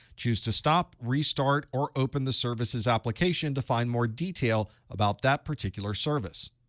choose to stop, restart, or open the services application to find more detail about that particular service.